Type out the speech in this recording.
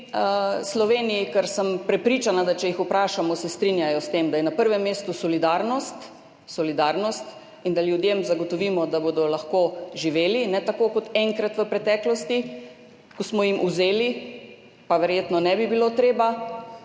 Sloveniji, ker sem prepričana, če jih vprašamo, ali se strinjajo s tem, da je na prvem mestu solidarnost in da ljudem zagotovimo, da bodo lahko živeli, ne tako kot enkrat v preteklosti, ko smo jim vzeli, pa verjetno ne bi bilo treba.